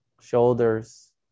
shoulders